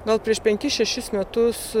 gal prieš penkis šešis metus